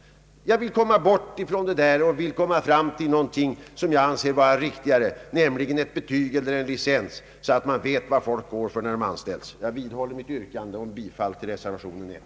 Jag vill komma bort från det systemet och komma fram till någonting som jag anser vara riktigare, nämligen ett betyg eller en licens, så att man vet vad vederbörande går för när han anställs. Jag vidhåller mitt yrkande om bifall till reservationen 1.